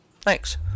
Thanks